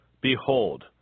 Behold